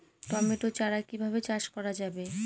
Tomato চারা কিভাবে চাষ করা যাবে?